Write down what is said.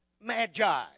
magi